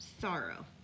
sorrow